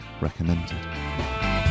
recommended